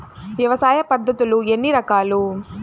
వ్యవసాయ పద్ధతులు ఎన్ని రకాలు?